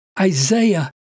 Isaiah